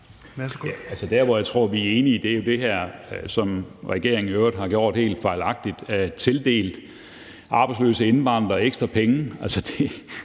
Der, hvor jeg tror vi er enige, er i forhold til det, som regeringen i øvrigt har gjort helt fejlagtigt, nemlig tildelt arbejdsløse indvandrere ekstra penge.